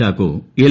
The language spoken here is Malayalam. ചാക്കോ എൽ